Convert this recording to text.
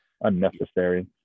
unnecessary